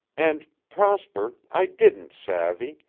and, prosper, i didn't savvy,